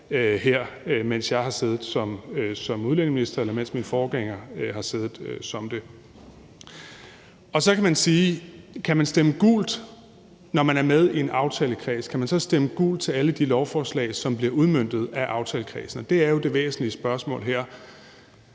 mens jeg har siddet som udlændingeminister, eller mens min forgænger har siddet som det. Kl. 10:48 Så kan man spørge: Kan man stemme gult, når man er med i en aftalekreds? Kan man så stemme gult til alle de lovforslag, som bliver udmøntet aftalekredsen? Det er jo det væsentlige spørgsmål her.